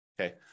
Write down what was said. Okay